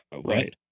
right